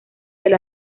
del